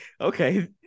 okay